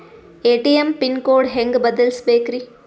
ATM pin code ಹೆಂಗ್ ಬದಲ್ಸ್ಬೇಕ್ರಿ?